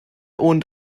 und